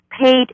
paid